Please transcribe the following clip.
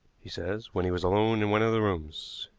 he says, when he was alone in one of the rooms.